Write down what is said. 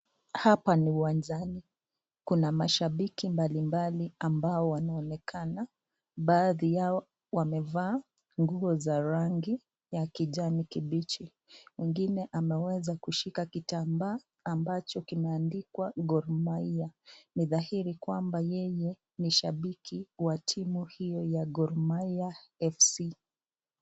Hapa ni uwanjani kuna mashabiki mbalimbali ambao wanaonekana baadhi yao wamevaa nguo za rangi ya kijani kibichi, mwingine wameeweza kushika kitambaa ambacho kimeandikwa Gormahia, ni dhahiri kwamba yeye ni shabiki wa timu hiyo ya Gormahia FC.